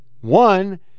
One